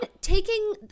Taking